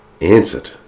answered